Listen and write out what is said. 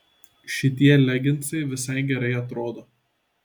šitie leginsai visai gerai atrodo